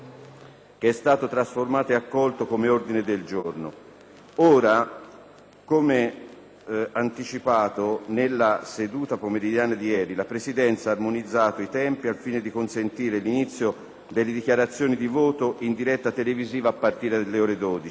che è stato trasformato ed accolto come ordine del giorno. Come anticipato nella seduta pomeridiana di ieri, la Presidenza ha armonizzato i tempi al fine di consentire l'inizio delle dichiarazioni di voto, in diretta televisiva, a partire dalle ore 12.